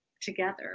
together